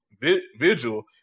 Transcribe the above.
vigil